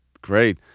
Great